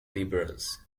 liberals